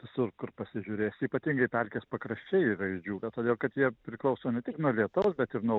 visur kur pasižiūrėsi ypatingai pelkės pakraščiai yra išdžiūvę todėl kad jie priklauso ne tik nuo lietaus bet ir nuo